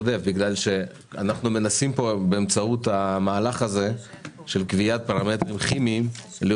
הרי באמצעות המהלך הזה של קביעת פרמטרים כימיים אנחנו